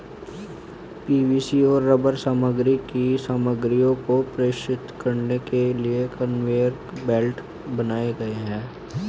PVC और rubber सामग्री की सामग्रियों को संप्रेषित करने के लिए कन्वेयर बेल्ट बनाए गए हैं